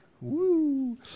Woo